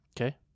Okay